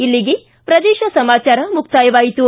ಇಲ್ಲಿಗೆ ಪ್ರದೇಶ ಸಮಾಚಾರ ಮುಕ್ತಾಯವಾಯಿತು